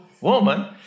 woman